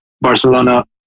Barcelona